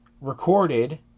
recorded